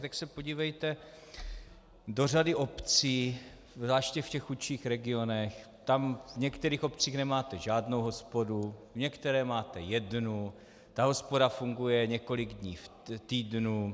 Tak se podívejte do řady obcí, zvláště v chudších regionech, tam v některých obcích nemáte žádnou hospodu, v některé máte jednu, hospoda funguje několik dní v týdnu.